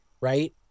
right